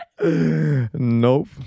Nope